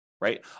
right